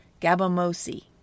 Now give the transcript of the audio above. Gabamosi